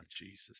Jesus